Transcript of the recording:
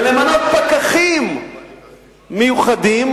ולמנות פקחים מיוחדים,